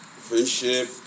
Friendship